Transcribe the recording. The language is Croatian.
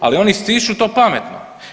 Ali oni stišću to pametno.